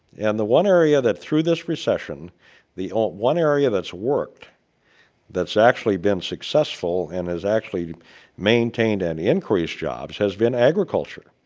and the one area that through this recession the ah one area that's worked that's actually been successful and has actually maintained and increased jobs has been agriculture.